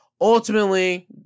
Ultimately